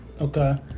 okay